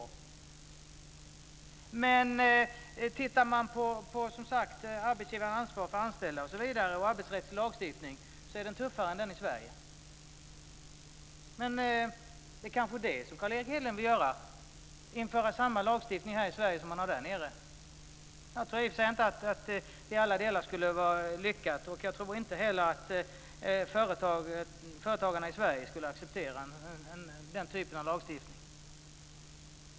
Om man tittar på arbetsgivarnas ansvar för de anställda och den arbetsrättsliga lagstiftningen är den tuffare än den i Sverige. Men Carl Erik Hedlund vill kanske införa samma lagstiftning här i Sverige som man har där nere? Jag tror inte att det skulle vara så lyckat i alla delar. Jag tror inte heller att företagarna i Sverige skulle acceptera den typen av lagstiftning.